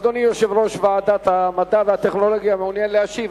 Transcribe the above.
אדוני יושב-ראש ועדת המדע והטכנולוגיה מעוניין להשיב,